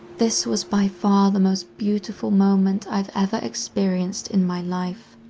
this was by far the most beautiful moment i have ever experienced in my life.